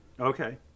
Okay